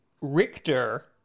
Richter